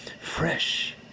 fresh